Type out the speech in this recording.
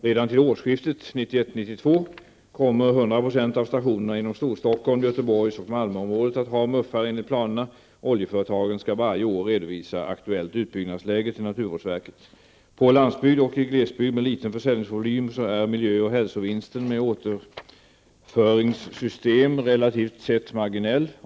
Redan till årsskiftet 1991/92 kommer 100 % av stationerna inom Storstockholm, Göteborgs och Malmöområdet att ha muffar enligt planerna. Oljeföretagen skall varje år redovisa aktuellt utbyggnadsläge till naturvårdsverket. På landsbygd och i glesbygd med liten försäljningsvolym är miljö och hälsovinsten med återföringssystem relativt sett marginell.